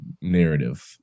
narrative